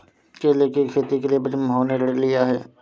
केले की खेती के लिए बृजमोहन ने ऋण लिया है